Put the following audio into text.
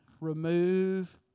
Remove